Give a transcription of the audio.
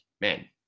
man